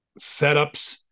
setups